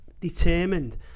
determined